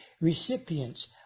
recipients